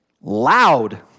loud